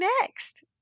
next